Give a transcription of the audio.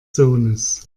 sohnes